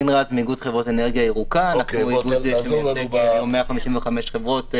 אנחנו איגוד שמייצג היום 155 חברות,